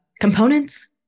Components